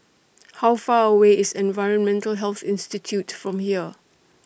How Far away IS Environmental Health Institute from here